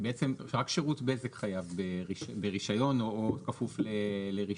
כי בעצם רק שירות בזק חייב ברישיון או כפוף לרישום.